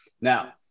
Now